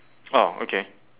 oh okay